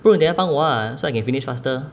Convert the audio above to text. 不如你来帮我啊 so I can finish faster